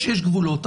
יש גבולות.